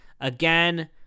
Again